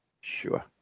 Sure